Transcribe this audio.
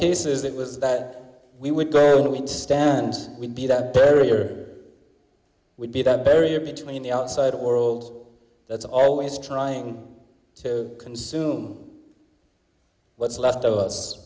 cases it was that we would go where we stand we'd be that barrier would be that barrier between the outside world that's always trying to consume what's left of us